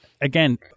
Again